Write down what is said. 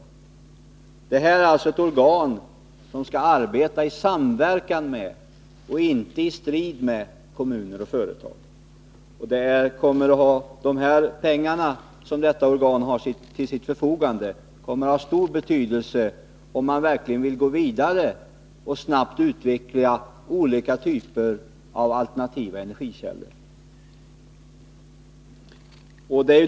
Upphandlingsdelegationen är alltså ett organ, som skall arbeta i samverkan med och inte i strid med kommuner och företag. De pengar som detta organ skall ha till sitt förfogande kommer att ha stor betydelse, om man verkligen vill gå vidare och snabbt utveckla olika typer av alternativa energikällor.